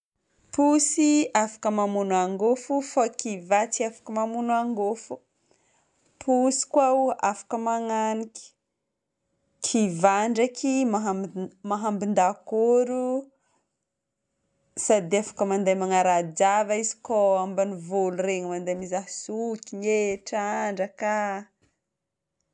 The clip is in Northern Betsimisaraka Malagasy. Posy afaka mamogno angofo, fo kiva tsy afaka mamogno angofo. Posy koa ao afaka magnanika; kiva ndraiky mahambin mahambin-dakoro sady afaka mandeha magnara-java izy koa ambanivolo ire mandeha mizaha sokina e, trandraka